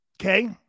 Okay